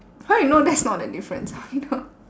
how you know that's not the difference either